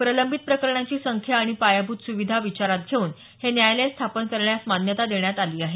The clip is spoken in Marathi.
प्रलंबित प्रकरणांची संख्या आणि पायाभूत सुविधा विचारात घेऊन हे न्यायालय स्थापन करण्यास मान्यता देण्यात आली आहे